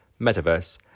Metaverse